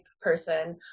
person